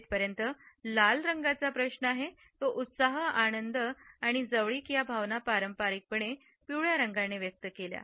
जिथपर्यंत लाल रंगाचा प्रश्न आहे उत्साह आणि आनंद आणि जवळीक या भावना पारंपारिकपणे पिवळ्या रंगाने व्यक्त केल्या